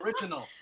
Original